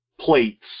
plates